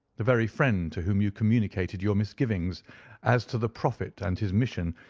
the very friend to whom you communicated your misgivings as to the prophet and his mission,